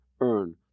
earn